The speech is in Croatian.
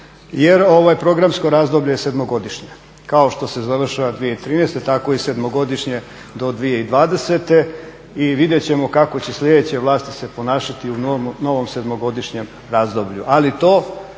jer ovo programsko razdoblje je sedmogodišnje. Kao što se završava 2013., tako i sedmogodišnje do 2020. I vidjet ćemo kako će sljedeće vlasti se ponašati u novom sedmogodišnjem razdoblju.